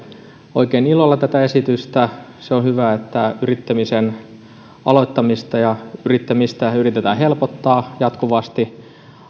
oikein ilolla tätä esitystä se on hyvä että yrittämisen aloittamista ja yrittämistä yritetään helpottaa jatkuvasti